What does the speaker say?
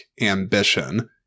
ambition